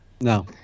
No